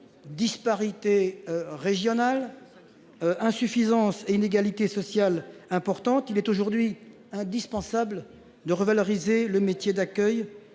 Disparités régionales. Insuffisance et inégalités sociales importantes. Il est aujourd'hui indispensable de revaloriser le métier d'accueil